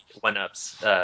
one-ups